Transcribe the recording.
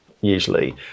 usually